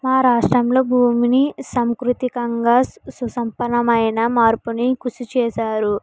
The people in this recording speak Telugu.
మా రాష్ట్రంలో భూమిని సంకృతికంగా సుసంపన్నమైన మార్పుని కృషి చేశారు